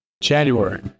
January